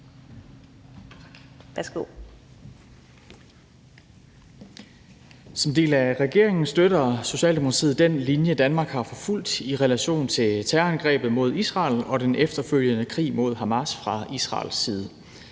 Som del af regeringen støtter Socialdemokratiet den linje, Danmark har fulgt i relation til terrorangrebet mod Israel og den efterfølgende krig mod Hamas fra Israels side.